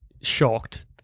shocked